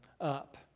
up